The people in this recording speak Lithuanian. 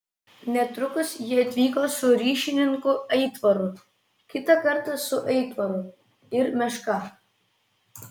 netrukus ji atvyko su ryšininku aitvaru kitą kartą su aitvaru ir meška